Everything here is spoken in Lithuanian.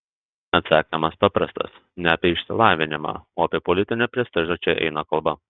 atsakymas paprastas ne apie išsilavinimą o apie politinį prestižą čia eina kalba